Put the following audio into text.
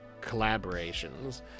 collaborations